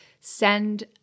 send